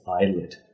eyelid